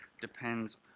depends